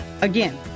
Again